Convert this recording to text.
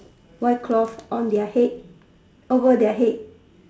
white cloth on their head over their head